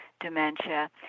dementia